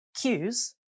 cues